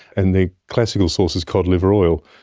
and the classical source is cod liver oil,